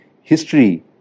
history